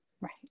Right